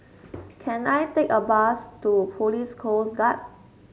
can I take a bus to Police Coast Guard